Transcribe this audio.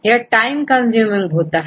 यह time consuming होता था